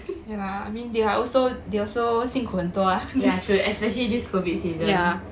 yeah true especially since this COVID season